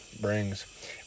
brings